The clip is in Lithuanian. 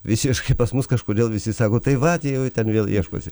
visiškai pas mus kažkodėl visi sako tai vat jie jau ten vėl ieškosi